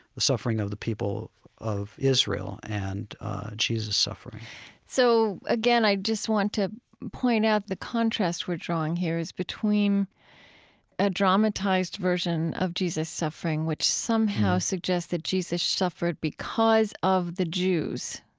the suffering of the people of israel, and jesus' suffering so again i just want to point out the contrast we're drawing here is between a dramatized version of jesus suffering, which somehow suggests that jesus suffered because of the jews,